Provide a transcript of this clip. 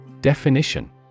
Definition